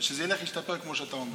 שזה ילך וישתפר, כמו שאתה אומר.